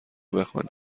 بخوانیم